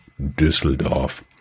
Düsseldorf